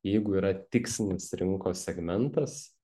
jeigu yra tikslinis rinkos segmentas